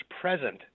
present